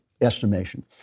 estimation